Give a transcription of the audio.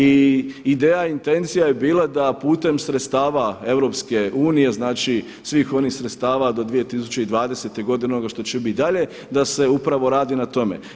I ideja i intencija je bila da putem sredstava EU, znači svih onih sredstava do 2020. godine, onoga što će bit dalje, da se upravo radi na tome.